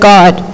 God